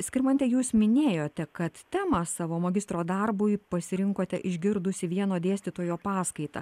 skirmante jūs minėjote kad temą savo magistro darbui pasirinkote išgirdusi vieno dėstytojo paskaitą